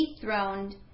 dethroned